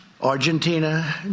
Argentina